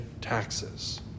taxes